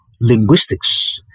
linguistics